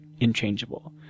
inchangeable